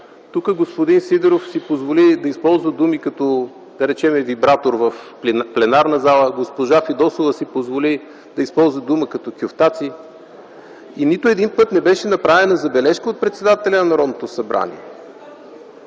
господин Сидеров си позволи да използва думи, като да речем, „вибратор”. Госпожа Фидосова си позволи да използва дума като „кюфтаци”. И нито един път не беше направена забележка от председателя на Народното събрание.